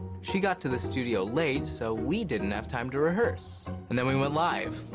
she got to the studio late, so we didn't have time to rehearse. and then we went live,